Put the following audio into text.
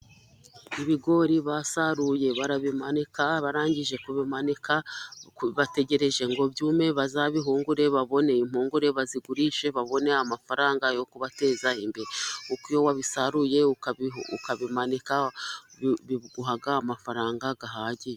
Ibigori basaruye barabimanika, barangije kubimanika bategereje ngo byume, bazabihungure babone impungure, bazigurishe babone amafaranga, yo kubateza imbere, kuko iyo wabisaruye ukabi ukabimanika, biguha amafaranga ahagije.